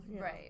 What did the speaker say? Right